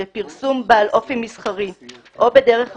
בפרסום בעל אופי מסחרי או בדרך אחרת,